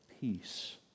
peace